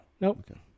Nope